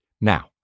Now